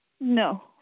No